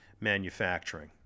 manufacturing